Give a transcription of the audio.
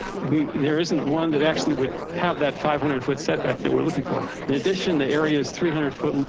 we, there isn't one that actually would have that five hundred foot setback that we're looking for. in addition, the area's three hundred foot,